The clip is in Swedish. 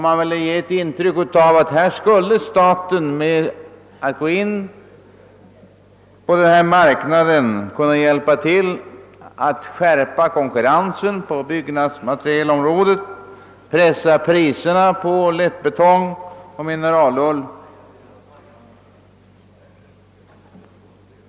Man ville också ge ett intryck av att staten genom att gå in på denna marknad kunde hjälpa till att skärpa konkurrensen på byggnadsmaterialområdet och pressa priserna på lättbetong och mineralull.